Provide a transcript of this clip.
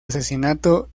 asesinato